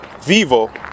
vivo